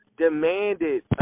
demanded